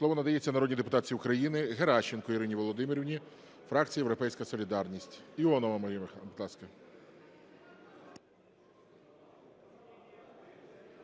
Слово надається народній депутатці України Геращенко Ірині Володимирівні, фракція "Європейська солідарність".